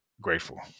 grateful